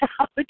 out